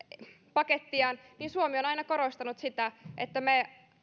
pakettiaan suomi on aina korostanut sitä että me